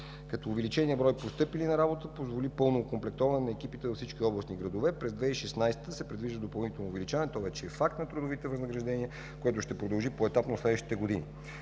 като увеличеният брой постъпили на работа позволи пълно окомплектоване на екипите във всички областни градове. През 2016 г. се предвижда допълнително увеличаване – то вече е факт, на трудовите възнаграждения, което ще продължи поетапно следващите години.